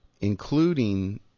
including